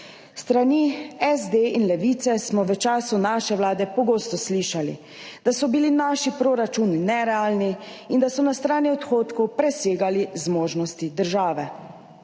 strani SD in Levice smo v času naše vlade pogosto slišali, da so bili naši proračuni nerealni in da so na strani odhodkov presegali zmožnosti države,